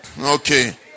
Okay